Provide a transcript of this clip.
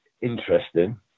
interesting